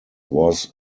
was